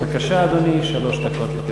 תודה לחבר הכנסת אייכלר.